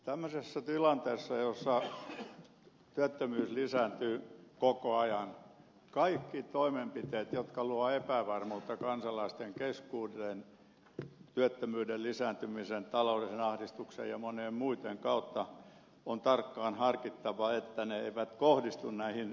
tämmöisessä tilanteessa jossa työttömyys lisääntyy koko ajan kaikki toimenpiteet jotka luovat epävarmuutta kansalaisten keskuuteen työttömyyden lisääntymisen taloudellisen ahdistuksen ja monien muitten kautta on tarkkaan harkittava niin että ne eivät kohdistu näihin ryhmiin